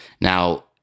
Now